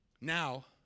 Now